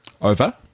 Over